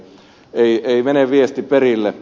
ei mene viesti perille